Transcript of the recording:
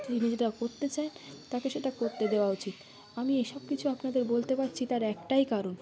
তিনি যেটা করতে চান তাকে সেটা করতে দেওয়া উচিত আমি এসব কিছু আপনাদের বলতে পারছি তার একটাই কারণ